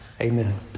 Amen